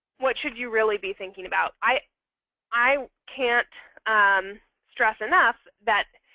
what should you really be thinking about? i i can't stress enough that